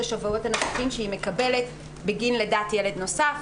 השבועות הנוספים שהיא מקבלת בגין לידת ילד נוסף.